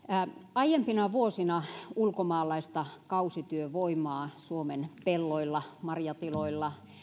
aiempina vuosina ulkomaalaista kausityövoimaa suomen pelloilla marjatiloilla ja